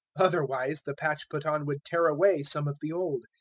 otherwise, the patch put on would tear away some of the old,